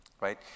right